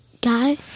guy